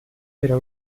pero